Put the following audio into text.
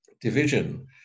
division